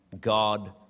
God